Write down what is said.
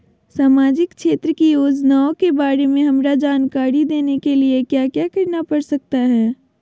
सामाजिक क्षेत्र की योजनाओं के बारे में हमरा जानकारी देने के लिए क्या क्या करना पड़ सकता है?